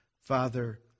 Father